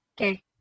Okay